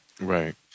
Right